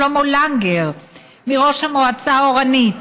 שלמה לנגר ראש המועצה אורנית,